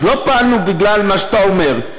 אז לא פעלנו בגלל מה שאתה אומר.